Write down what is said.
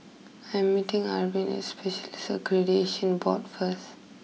I'm meeting Arvin at Specialists Accreditation Board first